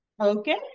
Okay